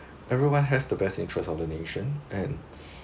everyone has the best interest of the nation and